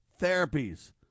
therapies